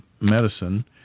medicine